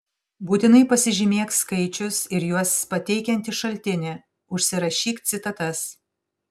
būtinai pasižymėk skaičius ir juos pateikiantį šaltinį užsirašyk citatas